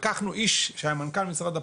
לקחנו איש שהיה מנכ"ל משרד הפנים,